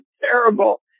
terrible